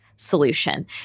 Solution